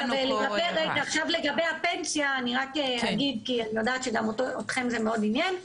לגבי הפנסיה כי אני יודעת שגם אתכם זה מאוד מעניין.